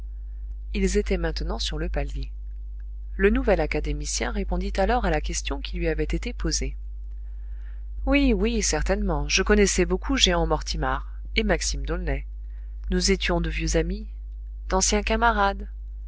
ils étaient maintenant sur le palier le nouvel académicien répondit alors à la question qui lui avait été posée oui oui certainement je connaissais beaucoup jehan mortimar et maxime d'aulnay nous étions de vieux amis d'anciens camarades